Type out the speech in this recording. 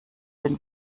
den